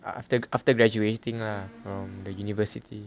after after graduating lah from the university